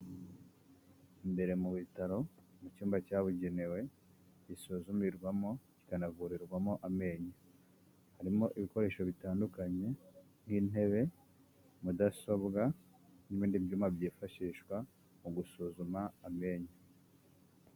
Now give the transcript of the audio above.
Imbere mu bitaro mu cyumba cyabugenewe gisuzumirwamo kikanavurirwamo amenyo. Harimo ibikoresho bitandukanye nk'intebe, mudasobwa n'ibindi byuma byifashishwa mu gusuzuma amenyo.